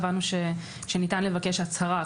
הבנו שניתן לבקש הצהרה.